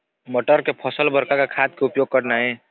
मटर के फसल बर का का खाद के उपयोग करना ये?